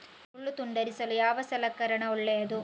ಹುಲ್ಲು ತುಂಡರಿಸಲು ಯಾವ ಸಲಕರಣ ಒಳ್ಳೆಯದು?